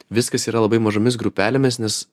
viskas yra labai mažomis grupelėmis nes